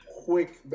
quick